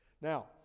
Now